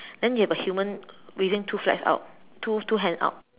then you have a human raising two flags out two two hands out